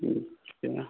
ठीक है